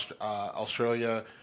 Australia